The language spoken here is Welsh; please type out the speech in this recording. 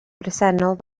bresennol